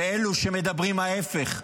ואלו שמדברים ההפך,